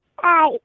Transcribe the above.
Hi